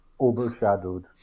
overshadowed